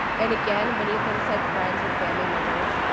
and, again, many of them said friends or family members.